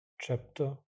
Chapter